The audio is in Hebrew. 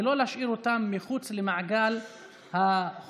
ולא להשאיר אותם מחוץ למעגל החוקיות.